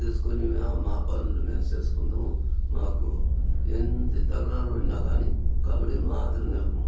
తీసుకొని మా పనులు మేము చేసుకుంటాము మాకు ఎన్ని తగదాలు ఉన్నా కానీ కబడ్డీ మాత్రం నిలుపము